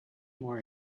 more